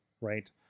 right